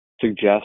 suggest